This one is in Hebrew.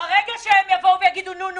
ברגע שהם יגידו: נו,